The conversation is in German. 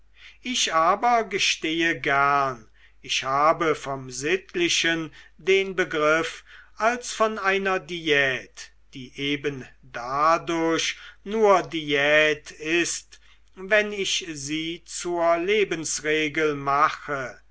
ich aber gestehe gern ich habe vom sittlichen den begriff als von einer diät die eben dadurch nur diät ist wenn ich sie zur lebensregel mache